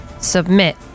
Submit